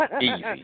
Easy